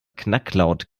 knacklaut